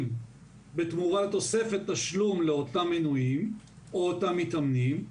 בתמורת תוספת תשלום לאותם מנויים או אותם מתאמנים,